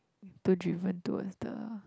too driven towards the